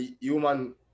human